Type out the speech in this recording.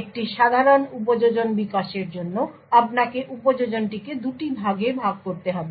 একটি সাধারণ উপযোজন বিকাশের জন্য আপনাকে উপযোজনটিকে দুটি ভাগে ভাগ করতে হবে